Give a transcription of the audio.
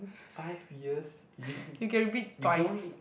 five years y~ you can only